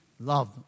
Love